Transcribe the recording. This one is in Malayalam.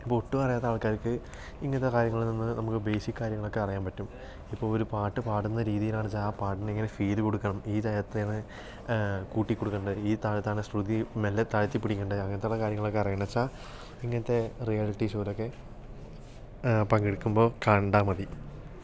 അപ്പോൾ ഒട്ടും അറിയാത്ത ആൾക്കാർക്ക് ഇങ്ങനത്തെ കാര്യങ്ങളിൽ നിന്ന് നമ്മൾ ബേസിക്ക് കാര്യങ്ങൾ ഒക്കെ അറിയാൻ പറ്റും ഇപ്പോൾ ഒരു പാട്ട് പാടുന്ന രീതിയിൽ ആണെന്നുവെച്ചാൽ ആ പാട്ടിനു എങ്ങനെ ഫീൽ കൊടുക്കുണം ഈ രാഗത്തിലാണ് കൂട്ടികൊടുക്കേണ്ടെ ഈ താളത്തിലാണ് ശ്രുതി മെല്ലെ താഴ്ത്തിപ്പിടിക്കേണ്ടെ അങ്ങനത്തെ പല കാര്യങ്ങളും അറിയണം എന്നു വെച്ചാൽ ഇങ്ങനത്തെ റിയാലിറ്റി ഷോയിൽ ഒക്കെ പങ്കെടുക്കുമ്പോൽ കണ്ടാൽ മതി